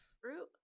fruit